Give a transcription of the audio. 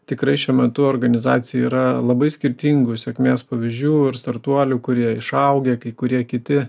tikrai šiuo metu organizacijoj yra labai skirtingų sėkmės pavyzdžių ir startuolių kurie išaugę kai kurie kiti